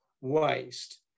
waste